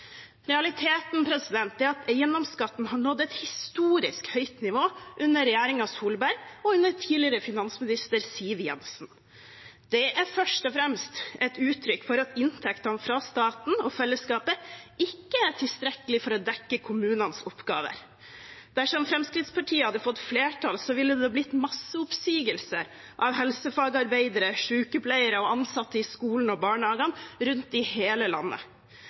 Realiteten er at eiendomsskatten har nådd et historisk høyt nivå under regjeringen Solberg og under tidligere finansminister Siv Jensen. Det er først og fremst et uttrykk for at inntektene fra staten og fellesskapet ikke er tilstrekkelig for å dekke kommunenes oppgaver. Dersom Fremskrittspartiet hadde fått flertall, ville det blitt masseoppsigelser av helsefagarbeidere, sykepleiere og ansatte i skolene og barnehagene rundt om i hele landet.